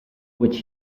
which